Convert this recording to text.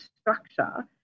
structure